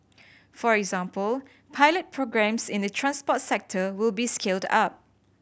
for example pilot programmes in the transport sector will be scaled up